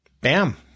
bam